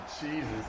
Jesus